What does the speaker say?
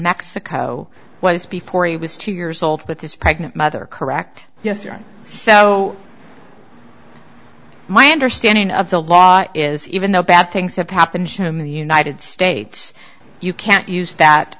mexico was before he was two years old but his pregnant mother correct yes or so my understanding of the law is even though bad things have happened in the united states you can't use that